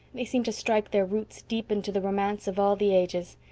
they seem to strike their roots deep into the romance of all the ages.